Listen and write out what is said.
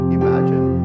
imagine